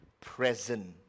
present